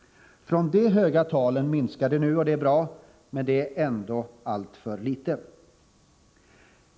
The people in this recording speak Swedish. Från de höga talen minskar nu arbetslöshetssiffrorna, och det är bra. Men det är ändå alltför litet.